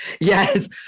Yes